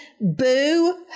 Boo